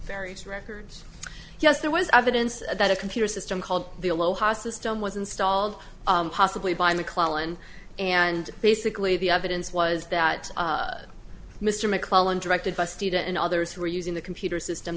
various records yes there was evidence that a computer system called the aloha system was installed possibly by mcclellan and basically the evidence was that mr mcclellan directed busted and others who were using the computer system